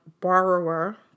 borrower